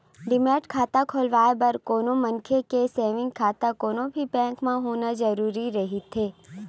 demat खाता खोलवाय बर कोनो मनखे के सेंविग खाता कोनो भी बेंक म होना जरुरी रहिथे